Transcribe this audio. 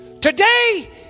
today